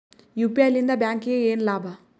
UPI ಲಿಂದ ಬ್ಯಾಂಕ್ಗೆ ಏನ್ ಲಾಭ?